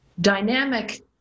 dynamic